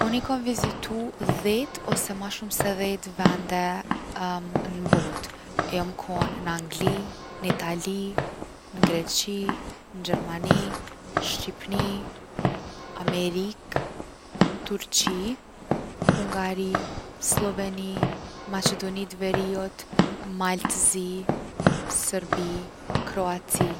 Unë i kom vizitu 10 ose ma shumë se 10 vende n’botë. Jom kon n’Angli, Itali, Greqi, Gjermani, Shqipni, Amerikë, Turqi, Hungari, Slloveni, Maqedoni tëVeriut, Mal të Zi, Serbi, Kroaci.